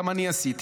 גם אני עשיתי.